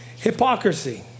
Hypocrisy